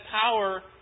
power